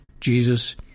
Jesus